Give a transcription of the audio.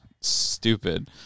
stupid